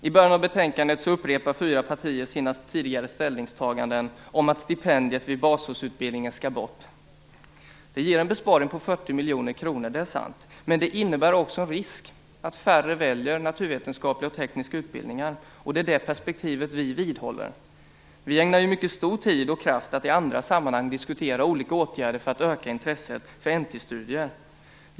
I början av betänkandet upprepar fyra partier sina tidigare ställningstaganden att stipendiet vid basårsutbildningar skall bort. Det ger en besparing på 40 miljoner kronor, men det innebär också en risk att färre väljer naturvetenskapliga och tekniska utbildningar, och det är det perspektivet vi vidhåller. Vi ägnar ju mycket tid och kraft åt att i andra sammanhang diskutera olika åtgärder för att öka intresset för NT-studier.